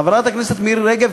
חברת הכנסת מירי רגב,